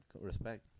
Respect